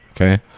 okay